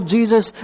Jesus